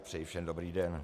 Přeji všem dobrý den.